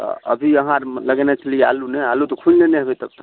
तऽ अभी अहाँ आर लगेने छलियै आलू ने आलू तऽ खुनि लेने हेबै सबटा